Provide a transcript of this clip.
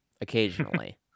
Occasionally